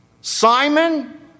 Simon